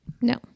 no